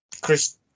chris